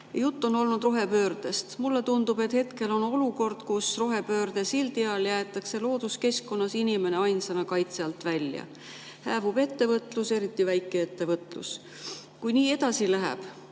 Juttu on olnud rohepöördest. Mulle tundub, et hetkel on olukord, kus rohepöörde sildi all jäetakse looduskeskkonnas inimene ainsana kaitse alt välja. Hääbub ettevõtlus, eriti väikeettevõtlus. Kui nii edasi läheb,